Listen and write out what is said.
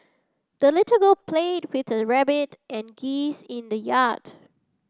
the little girl played with her rabbit and geese in the yard